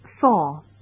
Four